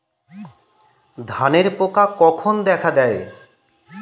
ধানের পোকা কখন দেখা দেয়?